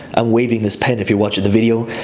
i'm waving this pen, if you're watching the video,